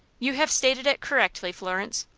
you have stated it correctly, florence.